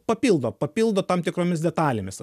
papildo papildo tam tikromis detalėmis